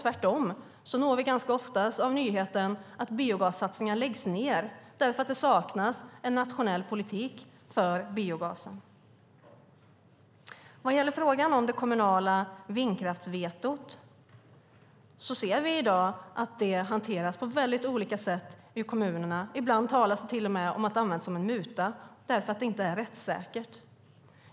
Tvärtom nås vi ganska ofta av nyheter att biogassatsningar läggs ned därför att det saknas en nationell politik för biogasen. Frågan om det kommunala vindkraftsvetot hanteras på väldigt olika sätt i kommunerna. Ibland talas det till och med om att det använts som en muta därför att det inte är rättssäkert.